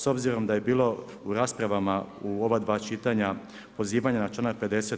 S obzirom da je bilo u raspravama u ova 2 čitanja pozivanja na članak 50.